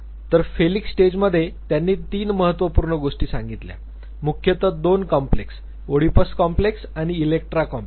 तर फेलिक स्टेजमध्ये त्यांनी तीन महत्त्वपूर्ण गोष्टी सांगितल्या मुख्यत दोन कॉम्प्लेक्स ओडिपस कॉम्प्लेक्स आणि इलेक्ट्रा कॉम्प्लेक्स